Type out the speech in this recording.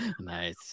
Nice